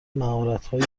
مهارتهای